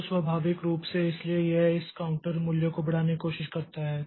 तो स्वाभाविक रूप से इसलिए यह इस काउंटर मूल्य को बढ़ाने की कोशिश करता है